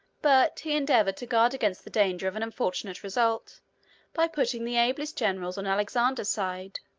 but he endeavored to guard against the danger of an unfortunate result by putting the ablest generals on alexander's side,